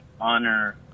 honor